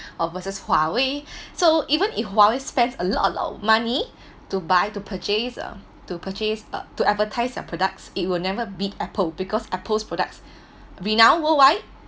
or versus Huawei so even if Huawei spends a lot of money to buy to purchase um to purchase uh to advertise their products it will never beat Apple because Apple's products renowned worldwide